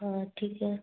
हाँ ठीक है